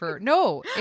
no